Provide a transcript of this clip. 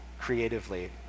creatively